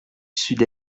sud